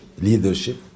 leadership